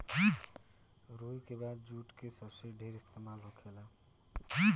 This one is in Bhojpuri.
रुई के बाद जुट के सबसे ढेर इस्तेमाल होखेला